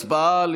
הצבעה על